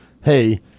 hey